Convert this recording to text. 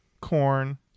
Corn